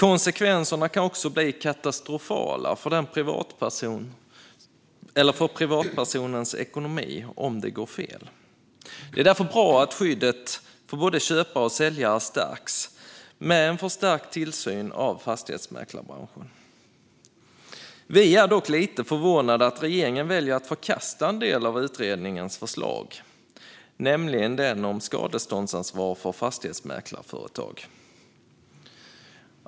Konsekvenserna kan också bli katastrofala för privatpersonens ekonomi om det går fel. Därför är det bra att skyddet för både köpare och säljare stärks genom en förstärkt tillsyn över fastighetsmäklarbranschen. Vi är dock lite förvånade över att regeringen väljer att förkasta en del av utredningens förslag, nämligen den om skadeståndsansvar för fastighetsmäklarföretag.